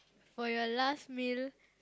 for your last meal